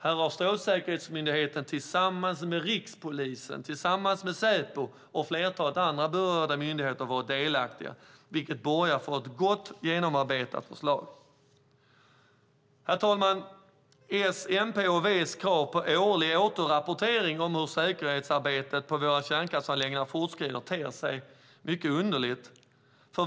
Här har Strålsäkerhetsmyndigheten, Rikspolisen, Säpo och flertalet berörda myndigheter varit delaktiga, vilket borgar för ett gott och väl genomarbetat förslag. Herr talman! Socialdemokraternas, Miljöpartiets och Vänsterpartiets krav på en årlig återrapportering om hur säkerhetsarbetet på våra kärnkraftsanläggningar fortskrider ter sig mycket underligt.